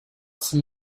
some